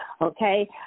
Okay